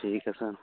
ਠੀਕ ਹੈ ਸਰ